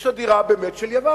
יש הדירה, באמת, של יוון,